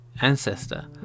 ancestor